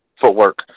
footwork